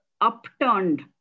upturned